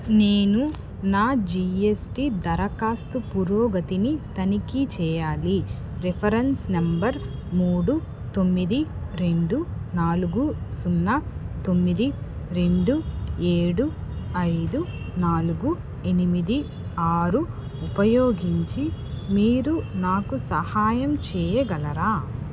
నేను నా జిఎస్టి దరఖాస్తు పురోగతిని తనిఖీ చెయ్యాలి రిఫరెన్స్ నంబర్ మూడు తొమ్మిది రెండు నాలుగు సున్నా తొమ్మిది రెండు ఏడు ఐదు నాలుగు ఎనిమిది ఆరు ఉపయోగించి మీరు నాకు సహాయం చెయ్యగలరా